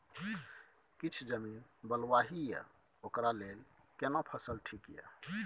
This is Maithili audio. किछ जमीन बलुआही ये ओकरा लेल केना फसल ठीक ये?